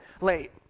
late